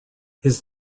his